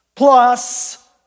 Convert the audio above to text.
plus